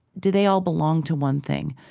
do they all belong to one thing?